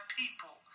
people